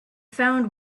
found